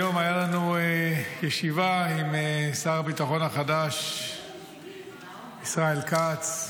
היום הייתה לנו ישיבה עם שר הביטחון החדש ישראל כץ,